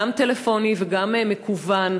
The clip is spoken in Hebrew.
גם טלפוני וגם מקוון.